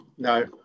No